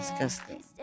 disgusting